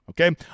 okay